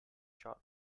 shot